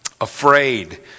afraid